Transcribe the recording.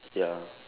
ya